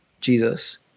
Jesus